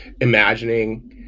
imagining